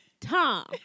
Tom